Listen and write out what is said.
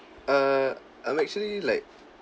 err I'm actually like